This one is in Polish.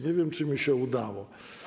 Nie wiem, czy mi się udało.